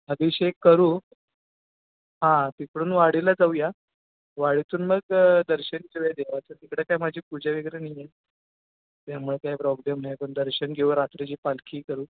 अभिषेक करू हां तिकडून वाडीला जाऊया वाडीतून मग दर्शन घेऊया देवाचे तिकडे काही माझी पूजा वगैरे नाही आहे त्यामुळे काही प्रॉब्लेम नाही पण दर्शन घेऊ रात्रीची पालखी करू